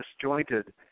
disjointed